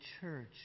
church